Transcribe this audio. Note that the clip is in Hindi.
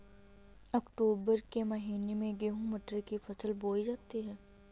अक्टूबर के महीना में गेहूँ मटर की फसल बोई जाती है